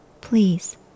Please